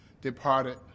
departed